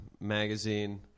Magazine